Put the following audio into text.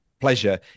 pleasure